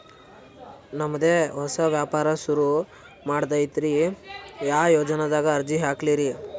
ನಮ್ ದೆ ಹೊಸಾ ವ್ಯಾಪಾರ ಸುರು ಮಾಡದೈತ್ರಿ, ಯಾ ಯೊಜನಾದಾಗ ಅರ್ಜಿ ಹಾಕ್ಲಿ ರಿ?